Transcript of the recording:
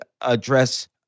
address